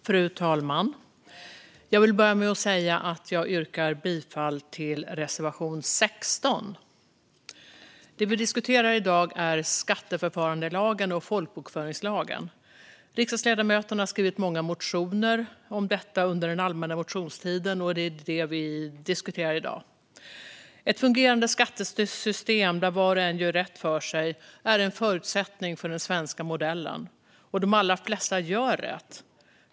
Fru talman! Jag yrkar bifall till reservation 34 under punkt 16. Det vi i diskuterar i dag är skatteförfarandelagen och folkbokföringslagen. Riksdagsledamöterna har skrivit många motioner om detta under allmänna motionstiden, och det är det vi diskuterar i dag. Ett fungerande skattesystem där var och en gör rätt för sig är en förutsättning för den svenska modellen, och de allra flesta gör rätt.